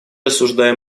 осуждаем